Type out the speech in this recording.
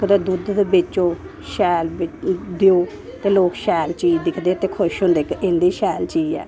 कदैं दुध्द ते बेच्चो शैल देओ ते लोक शैल चीज़ दिखदे ते खुश होंदे के इं'दी शैल चीज़ ऐ